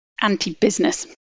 anti-business